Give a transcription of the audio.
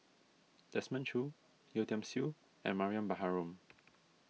Desmond Choo Yeo Tiam Siew and Mariam Baharom